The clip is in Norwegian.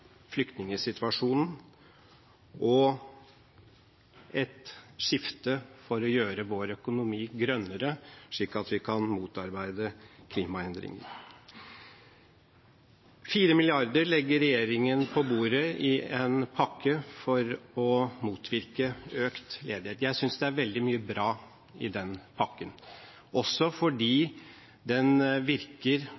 og et skifte for å gjøre vår økonomi grønnere, slik at vi kan motarbeide klimaendringene. 4 mrd. kr legger regjeringen på bordet i en pakke for å motvirke økt ledighet. Jeg synes det er veldig mye bra i den pakken, også fordi den virker